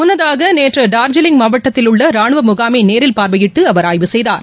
முன்னதாக நேற்று டார்ஜிலிங் மாவட்டத்திலுள்ள ரானுவ முகாமை நேரில் பார்வையிட்டு அவர் ஆய்வு செய்தார்